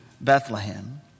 Bethlehem